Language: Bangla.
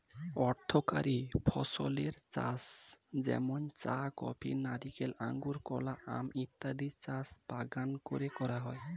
অর্থকরী ফসলের চাষ যেমন চা, কফি, নারিকেল, আঙুর, কলা, আম ইত্যাদির চাষ বাগান করে করা হয়